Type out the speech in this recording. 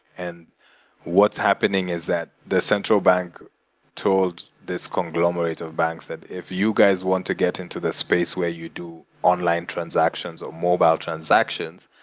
and what's happening is that the central bank told this conglomerate of banks that if you guys want to get into the space where you do online transactions, of mobile transactions,